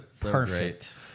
Perfect